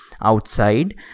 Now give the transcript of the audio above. outside